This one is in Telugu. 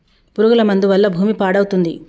పురుగుల మందు వల్ల భూమి పాడవుతుంది